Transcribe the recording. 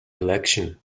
election